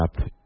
up